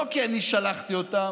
לא כי אני שלחתי אותם,